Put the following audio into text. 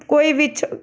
ਕੋਈ ਵਿਚ